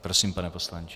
Prosím, pane poslanče.